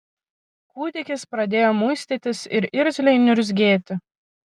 kūdikis pradėjo muistytis ir irzliai niurzgėti